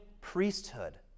priesthood